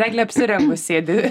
eglė apsirengus sėdi